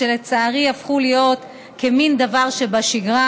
שלצערי הפכו להיות כמין דבר שבשגרה,